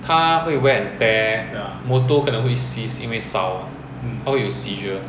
他会 wear and tear motor 可能会 seize 因为很烧它会有 seizure